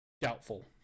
Doubtful